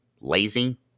lazy